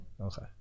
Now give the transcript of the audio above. Okay